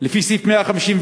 לפי סעיף 157,